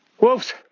Wolves